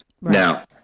Now